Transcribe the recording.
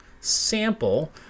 sample